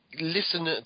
listen